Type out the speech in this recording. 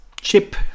chip